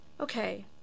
Okay